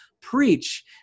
preach